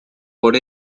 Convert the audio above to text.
por